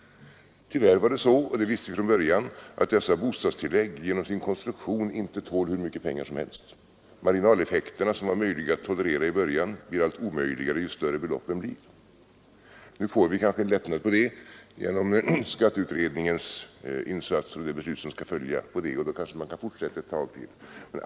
Tyvärr var det så, och det visste vi från början, att dessa bostadstillägg genom sin konstruktion inte tål hur mycket pengar som helst. Marginaleffekterna, som var möjliga att tolerera i början, blir allt omöjligare ju större beloppen blir. Nu får vi kanske en lättnad i det genom skatteutredningens insatser och det beslut som skall följa. Då kanske man kan fortsätta ett tag till.